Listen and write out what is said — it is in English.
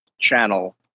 channel